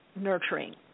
nurturing